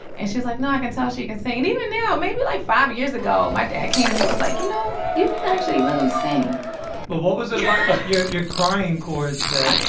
and she was like, no, i can tell she can sing. and even now, maybe, like, five years ago, my dad came to me and was like, you know, you can actually really sing well, what was it about your your crying chords that.